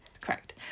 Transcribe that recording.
correct